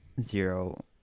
zero